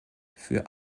für